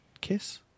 Kiss